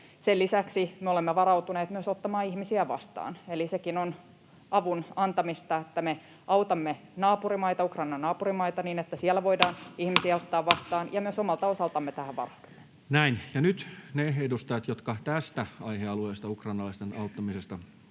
Sen lisäksi me olemme varautuneet myös ottamaan ihmisiä vastaan, eli sekin on avun antamista, että me autamme Ukrainan naapurimaita niin, että siellä voidaan ihmisiä ottaa vastaan, ja myös omalta osaltamme tähän varaudumme. Näin. Ja nyt ne edustajat, jotka tästä aihealueesta — ukrainalaisten auttamisesta